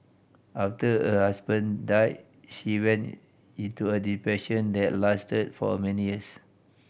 after her husband died she went into a depression that lasted for many years